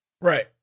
Right